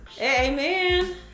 Amen